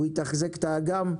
הוא יתחזק את האגם,